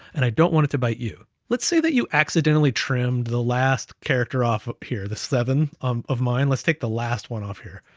and i don't want it to bite you. let's say that you accidentally trimmed the last character off here, the seven um of mine. let's take the last one off here.